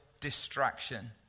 distraction